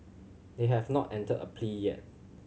they have not entered a plea yet